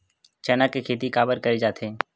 चना के खेती काबर करे जाथे?